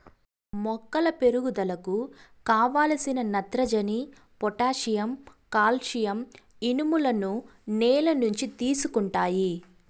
మొక్కల పెరుగుదలకు కావలసిన నత్రజని, పొటాషియం, కాల్షియం, ఇనుములను నేల నుంచి తీసుకుంటాయి